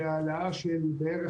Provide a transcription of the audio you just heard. נקודות,